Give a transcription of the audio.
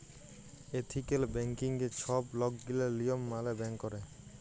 ethical ব্যাংকিংয়ে ছব লকগিলা লিয়ম মালে ব্যাংক ক্যরে